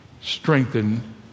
strengthen